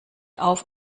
auf